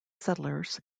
settlers